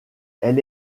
elle